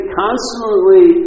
constantly